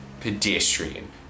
Pedestrian